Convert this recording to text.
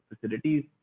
facilities